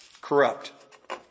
Corrupt